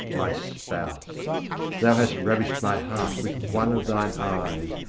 my spouse thou hast ravished my heart with one of thine eyes,